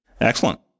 Excellent